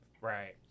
Right